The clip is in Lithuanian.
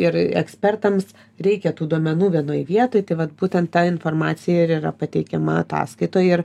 ir ekspertams reikia tų duomenų vienoj vietoj tai vat būtent ta informacija ir yra pateikiama ataskaitoj ir